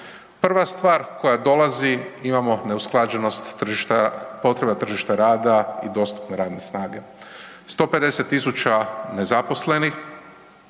Prva stvar koja dolazi imamo neusklađenost tržišta rada, potreba tržišta rada i dostupne radne snage. 150.000 nezaposlenih,